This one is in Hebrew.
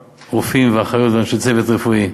רופאים, אחיות ואנשי צוות רפואי.